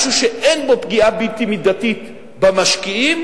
משהו שאין בו פגיעה בלתי מידתית במשקיעים